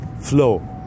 flow